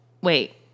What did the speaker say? Wait